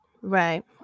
Right